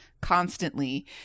constantly